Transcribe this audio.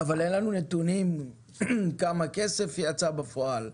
אבל אין לנו נתונים כמה כסף יצא בפועל,